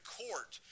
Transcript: court